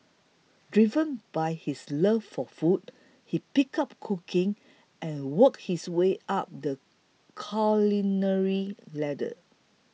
driven by his love for food he picked up cooking and worked his way up the culinary ladder